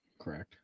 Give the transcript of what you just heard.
correct